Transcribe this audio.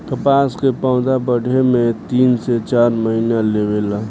कपास के पौधा बढ़े में तीन से चार महीना लेवे ला